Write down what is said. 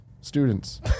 Students